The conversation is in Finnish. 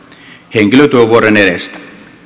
henkilötyövuoden edestä